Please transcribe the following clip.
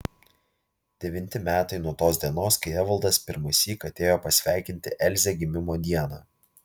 devinti metai nuo tos dienos kai evaldas pirmąsyk atėjo pasveikinti elzę gimimo dieną